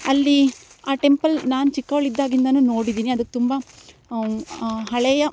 ಅಲ್ಲಿ ಆ ಟೆಂಪಲ್ ನಾನು ಚಿಕ್ಕವಳಿದ್ದಾಗಿಂದಾನು ನೋಡಿದ್ದೀನಿ ಅದಕ್ಕೆ ತುಂಬ ಹಳೆಯ